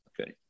okay